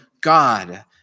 God